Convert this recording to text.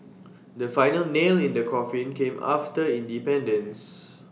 the final nail in the coffin came after independence